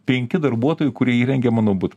penki darbuotojai kurie įrengė mano butą